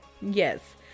Yes